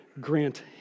grant